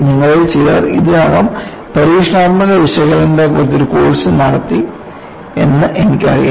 നിങ്ങളിൽ ചിലർ ഇതിനകം പരീക്ഷണാത്മക വിശകലനത്തെക്കുറിച്ച് ഒരു കോഴ്സ് നടത്തി എന്നെനിക്കറിയാം